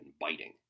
biting